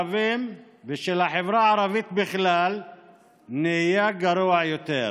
ושל החברה הערבית בכלל נהיה גרוע יותר.